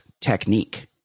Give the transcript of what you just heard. technique